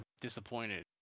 disappointed